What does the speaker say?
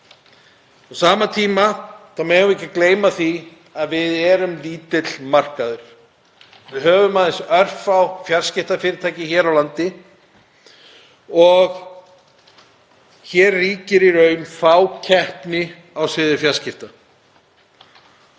Á sama tíma megum við ekki gleyma því að við erum lítill markaður. Við höfum aðeins örfá fjarskiptafyrirtæki hér á landi og hér ríkir í raun fákeppni á sviði fjarskipta.